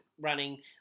running